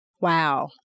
Wow